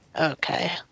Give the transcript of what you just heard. Okay